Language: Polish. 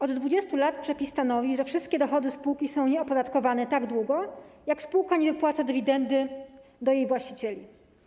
Od 20 lat przepis stanowi, że wszystkie dochody spółki są nieopodatkowane tak długo, jak spółka nie wypłaca dywidendy jej właścicielom.